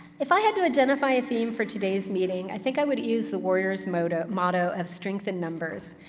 if i had to identify a theme for today's meeting, i think i would use the warriors motto motto of strength in numbers.